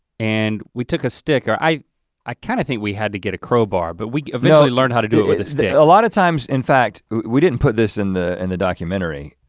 and we took a stick, or i i kind of think we had to get a crow bar, but we eventually learned how to do it with a stick. a lot of times, in fact, we didn't put this in the and the documentary,